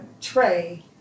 tray